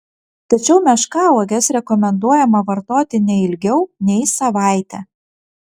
tačiau meškauoges rekomenduojama vartoti ne ilgiau nei savaitę